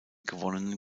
gewonnenen